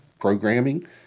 programming